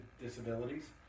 disabilities